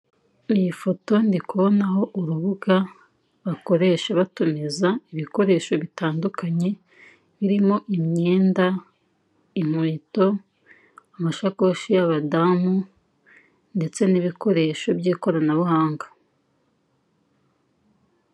Iyi foto ndi kubonaho urubuga bakoresha batumiza ibikoresho bitandukanye, birimo imyenda, inkweto, amashakoshi y'abadamu, ndetse n'ibikoresho by'ikoranabuhanga.